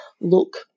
look